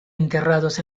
enterrados